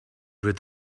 rid